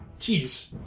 Jeez